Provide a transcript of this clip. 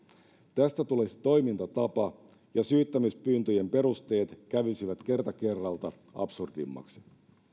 tästä tulisi toimintatapa ja syyttämispyyntöjen perusteet kävisivät kerta kerralta absurdimmiksi